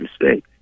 mistake